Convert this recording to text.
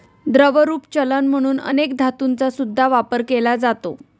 द्रवरूप चलन म्हणून अनेक धातूंचा सुद्धा वापर केला जातो